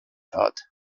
thought